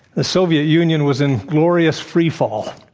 the soviet union was in glorious free fall,